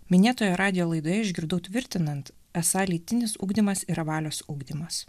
minėtoje radijo laidoje išgirdau tvirtinant esą lytinis ugdymas yra valios ugdymas